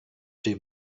dem